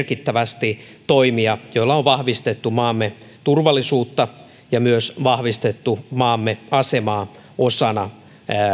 merkittävästi toimia joilla on vahvistettu maamme turvallisuutta ja myös vahvistettu maamme asemaa osana